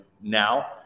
now